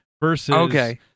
versus